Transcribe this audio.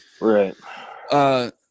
Right